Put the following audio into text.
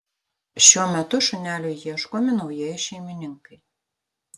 šiuo metu šuneliui ieškomi naujieji šeimininkai